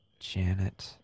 Janet